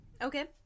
okay